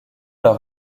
leur